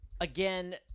Again